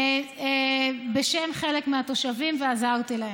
בשם חלק מהתושבים ועזרתי להם,